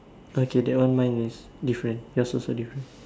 okay that one mine is different yours also different